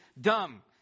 dumb